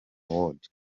awards